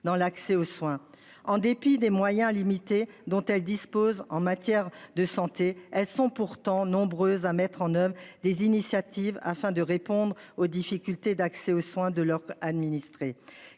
dans l'accès aux soins en dépit des moyens limités, dont elle dispose en matière de santé. Elles sont pourtant nombreuses à mettre en oeuvre des initiatives afin de répondre aux difficultés d'accès aux soins de leurs administrés,